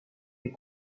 des